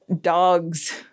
dogs